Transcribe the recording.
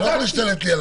אני שתקתי שעה.